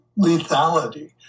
lethality